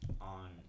on